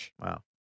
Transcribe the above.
Wow